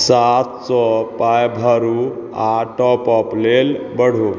सात सओ पाइ भरू आओर टॉपअप लेल बढ़ू